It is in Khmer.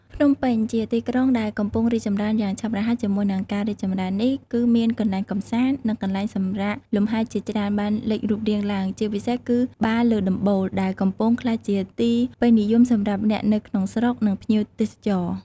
ភ្នំពេញជាទីក្រុងដែលកំពុងរីកចម្រើនយ៉ាងឆាប់រហ័ស ជាមួយនឹងការរីកចម្រើននេះ គឺមានកន្លែងកម្សាន្ត និងកន្លែងសម្រាកលំហែជាច្រើនបានលេចរូបរាងឡើង ជាពិសេសគឺបារលើដំបូល ដែលកំពុងក្លាយជាទីពេញនិយមសម្រាប់អ្នកនៅក្នុងស្រុក និងភ្ញៀវទេសចរ។